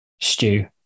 stew